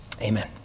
amen